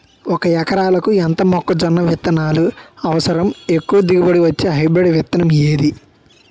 ఒక ఎకరాలకు ఎంత మొక్కజొన్న విత్తనాలు అవసరం? ఎక్కువ దిగుబడి ఇచ్చే హైబ్రిడ్ విత్తనం ఏది?